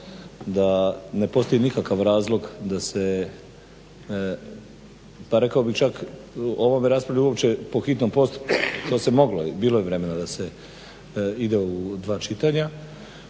da ne postoji nikakav razlog da se pa rekao bih čak o ovome raspravlja čak po hitnom postupku. To se moglo, bilo je vremena da se ide u dva čitanja,